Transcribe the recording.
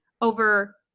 over